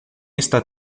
está